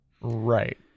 Right